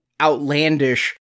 outlandish